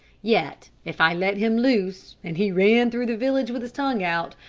yet, if i let him loose, and he ran through the village with his tongue out,